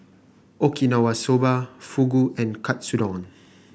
Okinawa Soba Fugu and Katsudon